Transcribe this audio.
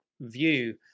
view